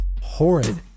horrid